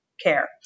care